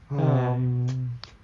hmm